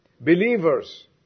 Believers